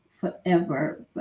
forever